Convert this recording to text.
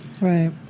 Right